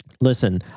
listen